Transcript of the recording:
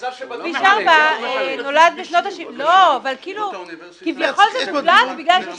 אבל --- כביש 4 נולד בשנות ה --- כביכול זה מובלעת בגלל שיש